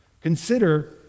consider